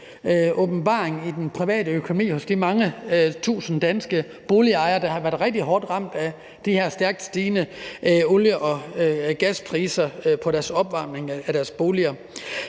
store luft i den private økonomi hos de mange tusind danske boligejere, der har været rigtig hårdt ramt af de her stærkt stigende olie- og gaspriser på opvarmning af deres bolig.